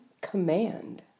command